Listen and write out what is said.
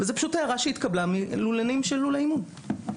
זאת הערה שהתקבל מלולנים של לולי אימון.